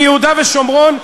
מיהודה ושומרון,